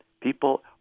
People